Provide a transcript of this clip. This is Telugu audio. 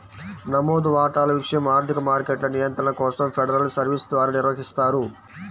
నమోదు వాటాల విషయం ఆర్థిక మార్కెట్ల నియంత్రణ కోసం ఫెడరల్ సర్వీస్ ద్వారా నిర్వహిస్తారు